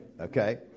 Okay